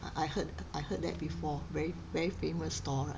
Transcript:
I heard I heard that before very very famous store right